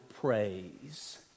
praise